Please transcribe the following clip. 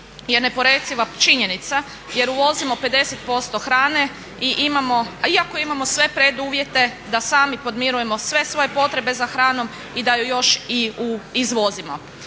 je neporeciva činjenica, jer uvozimo 50% hrane i imamo, a iako imamo sve preduvjete da sami podmirujemo sve svoje potrebe za hranom i da ju još i izvozimo.